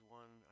one